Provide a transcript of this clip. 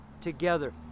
together